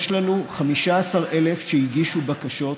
יש לנו 15,000 שהגישו בקשות,